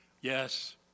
yes